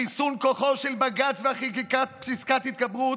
ריסון כוחו של בג"ץ וחקיקת פסקת התגברות,